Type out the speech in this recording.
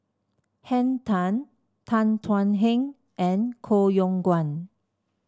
Henn Tan Tan Thuan Heng and Koh Yong Guan